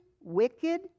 wicked